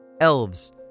elves